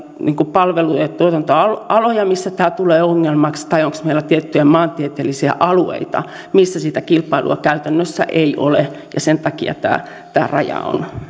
palvelu ja tuotantoaloja missä tämä tulee ongelmaksi tai onko meillä tiettyjä maantieteellisiä alueita missä sitä kilpailua käytännössä ei ole ja sen takia tämä tämä raja